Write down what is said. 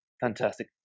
Fantastic